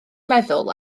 meddwl